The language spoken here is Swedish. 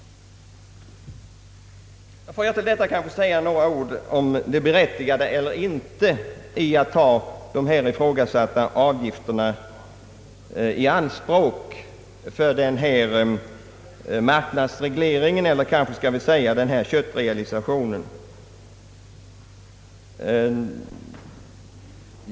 Får jag till detta säga några ord om det berättigade eller inte i att ta de här ifrågasatta avgifterna i anspråk för denna marknadsreglering, eller skall vi kanske säga denna köttrealisation.